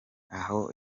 aho